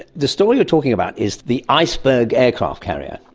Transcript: the story you're talking about is the iceberg aircraft carrier,